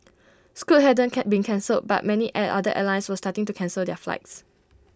scoot hadn't can't been cancelled but many air other airlines were starting to cancel their flights